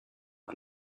and